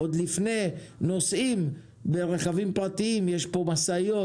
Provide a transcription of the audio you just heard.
עוד לפני שנוסעים ברכבים פרטיים יש פה משאיות,